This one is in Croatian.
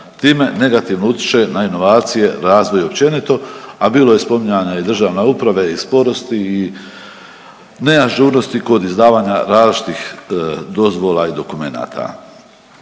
time negativno utječe na inovacije, razvoj i općenito, a bilo je spominjanja i državne uprave i sporosti i neažurnosti kod izdavanja različitih dozvola i dokumenata.